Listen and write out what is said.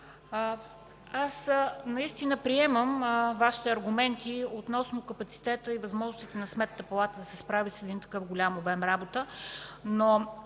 наистина приемам Вашите аргументи относно капацитета и възможностите на Сметната палата да се справи с такъв голям обем работа, но